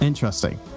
interesting